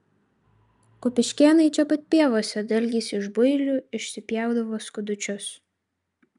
kupiškėnai čia pat pievose dalgiais iš builių išsipjaudavo skudučius